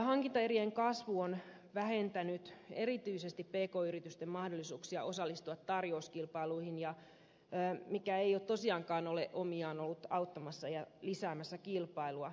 hankintaerien kasvu on vähentänyt erityisesti pk yritysten mahdollisuuksia osallistua tarjouskilpailuihin mikä ei tosiaankaan ole ollut omiaan auttamaan ja lisäämään kilpailua